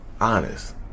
honest